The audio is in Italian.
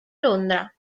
londra